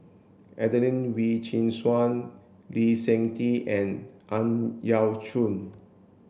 Adelene Wee Chin Suan Lee Seng Tee and Ang Yau Choon